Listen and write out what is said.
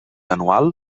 anual